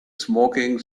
smoking